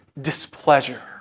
displeasure